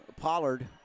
Pollard